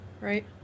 right